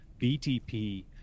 BTP